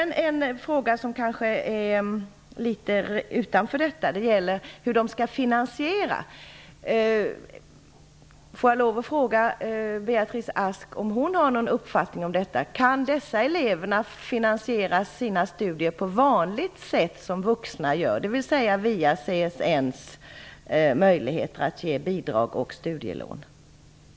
Jag har också en fråga som kanske ligger något utanför huvudfrågan. Frågan gäller hur eleverna skall kunna finansiera studierna. Har Beatrice Ask någon uppfattning om det. Kan dessa elever finansiera sina studier på samma sätt som andra vuxna, dvs. via CNS:s möjligheter till bidrag och studielån?